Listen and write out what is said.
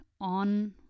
on